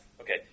Okay